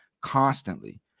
constantly